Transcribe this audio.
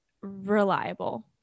reliable